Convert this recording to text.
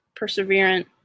perseverant